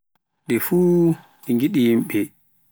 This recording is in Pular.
fuuf nɗi ngiɗi yimbe.